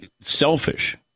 selfish